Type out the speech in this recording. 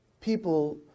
people